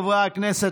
חברי הכנסת,